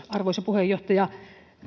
arvoisa puheenjohtaja